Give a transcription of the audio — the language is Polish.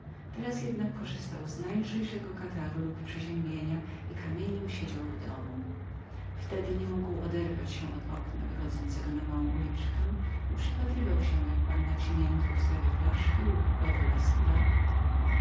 teraz jednak korzystał z najlżejszego kataru lub przeziębienia i kamieniem siedział w domu wtedy nie odchodził od okna wychodzącego na małą uliczkę i przypatrywał się jak panna cimiento ustawiała flaszki lub